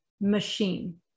machine